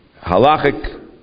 Halachic